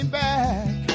back